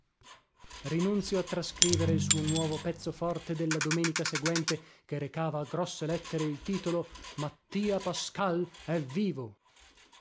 rinunzio a trascrivere il suo nuovo pezzo forte della domenica seguente che recava a grosse lettere il titolo mattia pascal è vivo